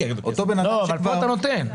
אבל כאן אתה נותן.